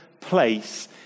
place